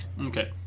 Okay